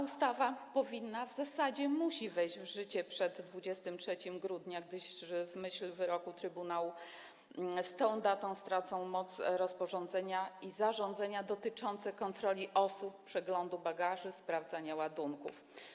Ustawa powinna, a w zasadzie musi, wejść w życie przed 23 grudnia, gdyż w myśl wyroku trybunału z tą datą stracą moc rozporządzenia i zarządzenia dotyczące kontroli osób, przeglądu bagaży czy sprawdzania ładunków.